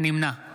אינו נוכח